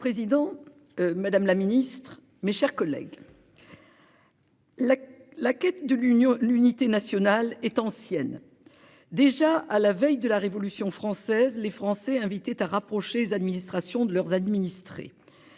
Monsieur le Président. Madame la Ministre, mes chers collègues. La la quête de l'Union, l'unité nationale est ancienne. Déjà à la veille de la révolution française, les Français invités à rapprocher administration de leurs administrés.